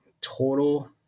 total